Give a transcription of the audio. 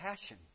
passion